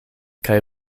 kaj